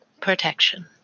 Protection